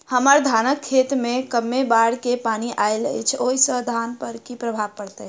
हम्मर धानक खेत मे कमे बाढ़ केँ पानि आइल अछि, ओय सँ धान पर की प्रभाव पड़तै?